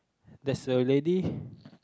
there's a lady